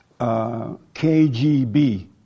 KGB